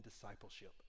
discipleship